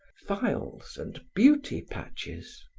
files and beauty patches.